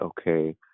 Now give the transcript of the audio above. okay